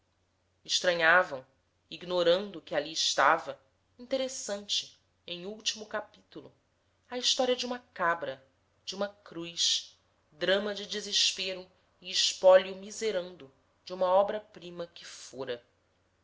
estranhavam ignorando que ali estava interessante em último capitulo a história de uma cabra de uma cruz drama de desespero e espólio miserando de uma obra-prima que fora